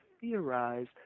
theorize